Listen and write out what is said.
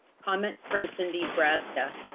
comment from cindy brazda.